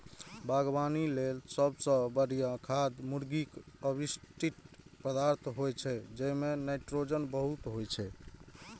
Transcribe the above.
बागवानी लेल सबसं बढ़िया खाद मुर्गीक अवशिष्ट पदार्थ होइ छै, जइमे नाइट्रोजन बहुत होइ छै